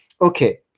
Okay